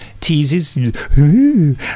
teases